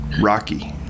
Rocky